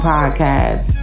Podcast